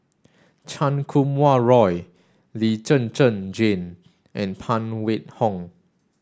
Chan Kum Wah Roy Lee Zhen Zhen Jane and Phan Wait Hong